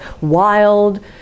wild